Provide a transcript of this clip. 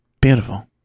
Beautiful